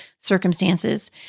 Circumstances